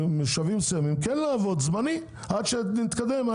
למושבים מסוימים כן לעבוד באופן זמני, עד שנתקדם.